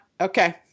Okay